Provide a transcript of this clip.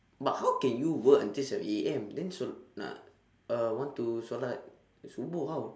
but how can you work until seven A_M then sol~ hendak uh want to solat subuh how